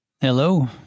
Hello